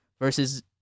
versus